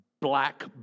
black